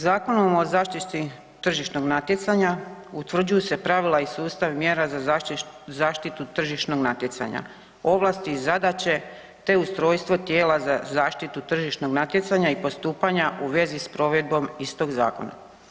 Zakonom o zaštiti tržišnog natjecanja utvrđuju se pravila i sustav mjera za zaštitu tržišnog natjecanja, ovlasti, zadaće te ustrojstvo tijela za zaštitu tržišnog natjecanja i postupanja u vezi s provedbom iz tog zakona.